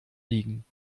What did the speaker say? liegen